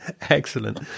Excellent